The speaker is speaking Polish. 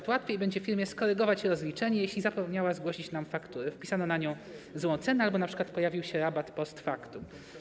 Np. łatwiej będzie firmie skorygować rozliczenie, jeśli zapomniała zgłosić nam fakturę, wpisano na nią złą cenę albo np. pojawił się rabat post factum.